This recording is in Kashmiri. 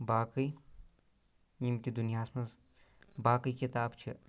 باقٕے یِم تہِ دُنیاہس منٛز باقٕے کِتاب چھِ